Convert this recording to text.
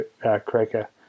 cracker